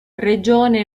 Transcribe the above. regione